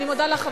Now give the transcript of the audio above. אני מודה לך,